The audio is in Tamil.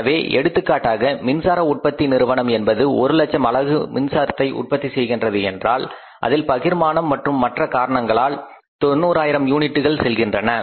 எனவே எடுத்துக்காட்டாக மின்சார உற்பத்தி நிறுவனம் என்பது ஒரு லட்சம் அலகுகள் மின்சாரத்தை உற்பத்தி செய்கின்றது என்றால் அதில் பகிர்மானம் மற்றும் மற்ற காரணங்களால் 90000 யூனிட்டுகள் செல்கின்றன